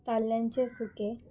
ताल्ल्यांचे सुके